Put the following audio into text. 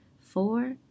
four